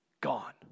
Gone